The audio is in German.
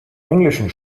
englischen